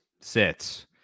sits